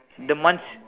the month